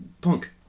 Punk